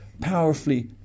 powerfully